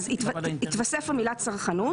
אז תתווסף המילה "צרכנות".